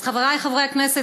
אז חברי חברי הכנסת,